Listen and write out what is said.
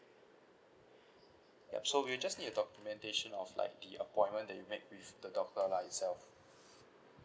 yup so we'll just need a documentation of like the appointment that you make with the doctor lah itself